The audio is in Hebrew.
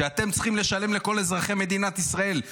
שאתם צריכים לשלם לכל אזרחי מדינת ישראל.